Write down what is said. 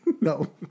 No